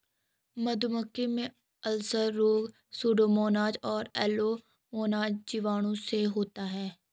मछलियों में अल्सर रोग सुडोमोनाज और एरोमोनाज जीवाणुओं से होता है